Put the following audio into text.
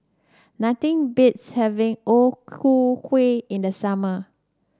nothing beats having O Ku Kueh in the summer